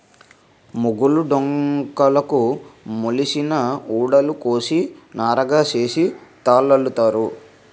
మొగులు డొంకలుకు మొలిసిన ఊడలు కోసి నారగా సేసి తాళల్లుతారు